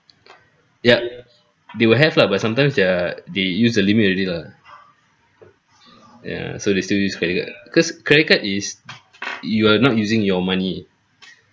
yup they will have lah but sometimes their they use the limit already lah ya so they still use credit card because credit card is you are not using your money